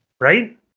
Right